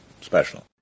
special